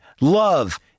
love